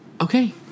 okay